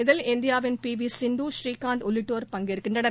இதில் இந்தியாவின் பிவிசிந்து ஸ்ரீகாந்த் ஆகியோர் பங்கேற்கின்றனர்